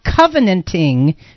covenanting